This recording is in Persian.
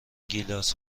گیلاس